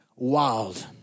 wild